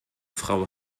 frau